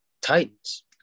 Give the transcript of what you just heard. Titans